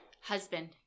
Husband